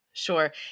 Sure